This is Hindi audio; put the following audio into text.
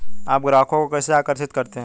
आप ग्राहकों को कैसे आकर्षित करते हैं?